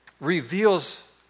reveals